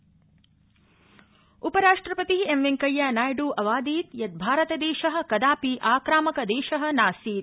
उपराष्ट्रपति उपराष्ट्रपति एम वेंकैया नायड् अवादीत् यत् भारतदेश कदापि आक्रामकदेश नासीत्